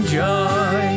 joy